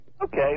Okay